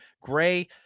Gray